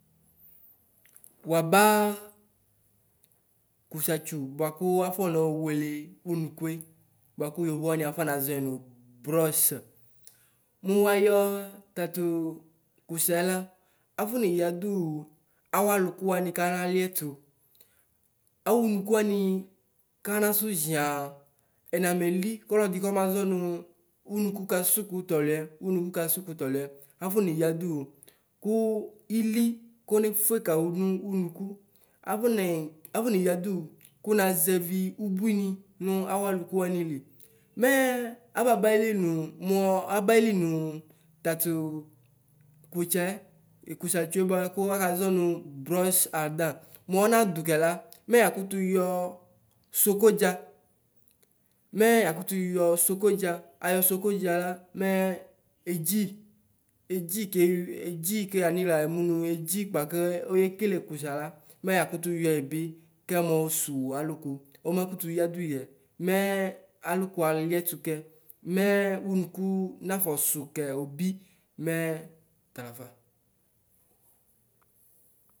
Mʋaba kusatsu buaku afɔ no wele unukue buaku yovo wani afɔnazɔɛ nu brɔs mu wayɔ tatu kʋsɛ ka mɛ afɔneya dʋ wu awu aluku wani kana liɛtʋ awu unuku wanɩ kansu ɣɩaŋ ɛnɛ meli kɔlɔdi kɔmazɔ nu unuku kasu kʋ tɔlɩɛ kasu ku tɔlɩɛ mɛ afɔ neyadu wʋ ku ili kɔnefʋe kawu nu unuku afɔneya duwʋ kʋnazɛvi nu awu aluku wanili mɛ ababa wyili nʋ nʋ da mu ɔnadʋkɛ la mɛ yakutuyɔ sokodia sokodia ayɔ sokodiala mɛ edzi keuu edzi ku yanixla ɛmu nu edzi kpa ku ayekele kusala mɛ yakutu yɔɛbi kɛnɔ suwu aluku ɔmakutu yaduyɛ mɛ aluku aliɛtu kɛ mɛ unuku nafɔsu kɛ obi mɛ talafa.